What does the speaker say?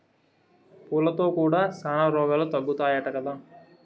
పూలతో కూడా శానా రోగాలు తగ్గుతాయట కదా